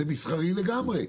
זה מסחרי לגמרי.